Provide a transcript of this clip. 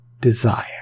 desire